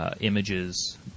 images